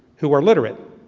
who are literate,